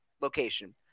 location